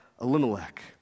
Elimelech